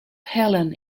helen